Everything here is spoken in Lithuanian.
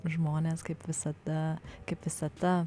žmonės kaip visada kaip visada